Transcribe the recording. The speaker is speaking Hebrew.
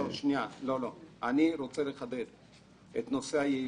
אני רוצה לחדד את נושא היעילות.